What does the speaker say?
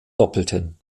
doppelten